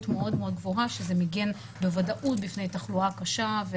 מאוד מאוד גבוהה שזה בוודאות מגן מפני תחלואה קשה,